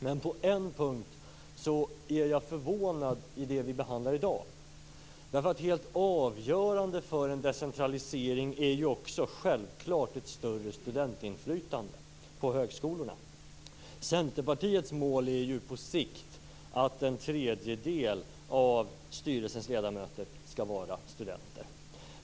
Men på en punkt i det vi behandlar i dag är jag förvånad. Helt avgörande för en decentralisering är självklart också ett större studentinflytande på högskolorna. Centerpartiets mål på sikt är att en tredjedel av styrelsens ledamöter skall vara studenter.